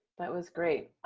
but was great.